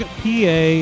pa